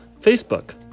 Facebook